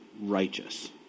righteous